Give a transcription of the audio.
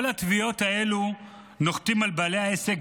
כל התביעות האלה נוחתות על בעלי העסק